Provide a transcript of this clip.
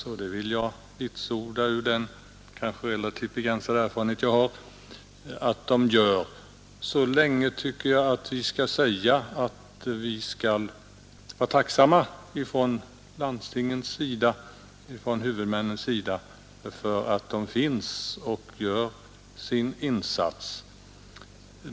Jag vill vitsorda detta med de relativt begränsade erfarenheter jag har. Jag tycker att man från landstingens, från huvudmännens sida skall säga att man är tacksam för att de finns och gör sin insats.